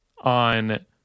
on